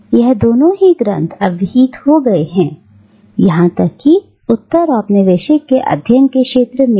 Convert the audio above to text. यह दोनों ही ग्रंथ अब विहित हो गए हैं यहां तक की उत्तर औपनिवेशिक के अध्ययन के क्षेत्र में भी